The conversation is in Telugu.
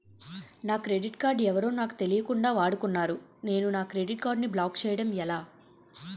నా క్రెడిట్ కార్డ్ ఎవరో నాకు తెలియకుండా వాడుకున్నారు నేను నా కార్డ్ ని బ్లాక్ చేయడం ఎలా?